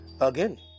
again